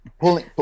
pulling